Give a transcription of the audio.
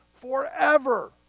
forever